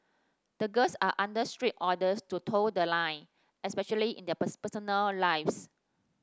the girls are under strict orders to toe the line especially in their person personal lives